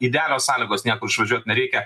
idealios sąlygos niekur išvažiuot nereikia